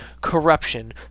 corruption